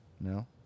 No